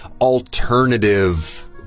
alternative